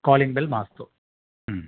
calling bell मास्तु